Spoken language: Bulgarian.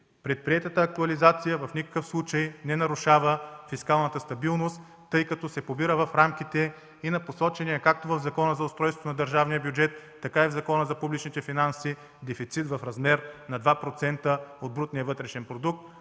Предприетата актуализация в никакъв случай не нарушава фискалната стабилност, тъй като се побира в рамките както на посочения в Закона за устройството на държавния бюджет, така и в Закона за публичните финанси дефицит в размер до 2% от брутния вътрешен продукт.